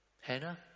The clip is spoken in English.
Hannah